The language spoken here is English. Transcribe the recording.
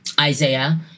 isaiah